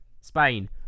Spain